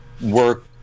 work